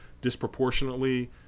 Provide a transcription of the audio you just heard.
disproportionately